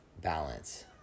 balance